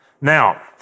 Now